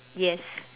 yes